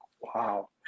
wow